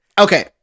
Okay